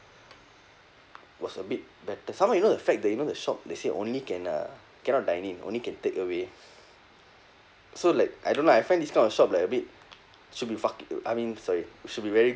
was a bit better some more you know the fact that you know the shop they say only can uh cannot dine in only can take away so like I don't know I find this kind of shop like a bit should be fuc~ uh I mean sorry should be very